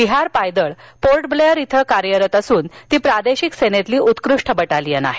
बिहार पायदळ Port Blair इथं असून ती प्रादेशिक सेनेतील उत्कृष्ट बटालियन आहे